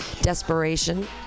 Desperation